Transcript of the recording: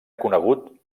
conegut